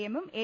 എമ്മും എൽ